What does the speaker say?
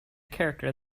character